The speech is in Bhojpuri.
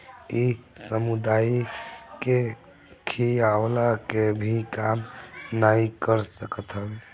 इ समुदाय के खियवला के भी काम नाइ कर सकत हवे